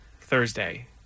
Thursday